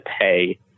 pay